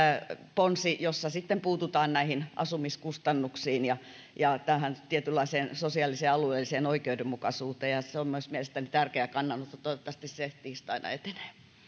ponsi jossa sitten puututaan näihin asumiskustannuksiin ja ja tähän tietynlaiseen sosiaaliseen ja alueelliseen oikeudenmukaisuuteen se on mielestäni tärkeä kannanotto ja toivottavasti se tiistaina etenee